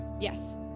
Yes